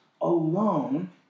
alone